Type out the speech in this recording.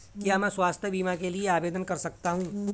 क्या मैं स्वास्थ्य बीमा के लिए आवेदन कर सकता हूँ?